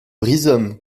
rhizome